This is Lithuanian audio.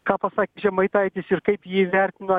ką pasakė žemaitaitis ir kaip jį įvertino